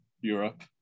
Europe